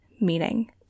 meaning